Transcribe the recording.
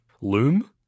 Loom